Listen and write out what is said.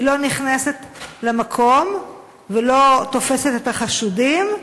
היא לא נכנסת למקום ולא תופסת את החשודים.